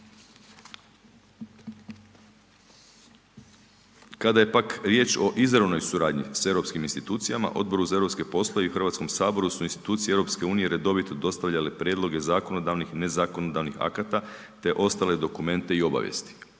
Kada je pak riječ o izravnoj suradnji sa europskim institucijama, Odboru za europske poslove i Hrvatskom saboru su institucije EU redovito dostavljale prijedloge zakonodavnih i ne zakonodavnih akata te ostale dokumente i obavijesti.